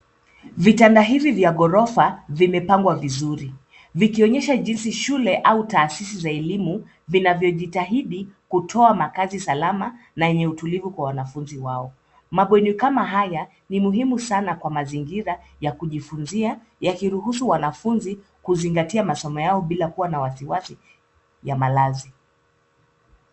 Vitanda hivi vya ghorofa vimepangwa vizuri vikinyesha jinsi shule au taasisi ya elimu vinavyojitahidi kutoa makazi salama na yenye utulivu kwa wanafunzi wao. Mabweni kama haya ni muhimu sana kwa mazingira ya kujifunzia yakiruhusu wanafunzi kuzingatia masomo yao bila kua na wasiwasi ya malazi.